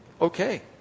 okay